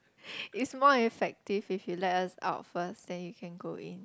is more effective if you let us out first then you can go in